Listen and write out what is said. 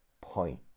point